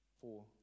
Four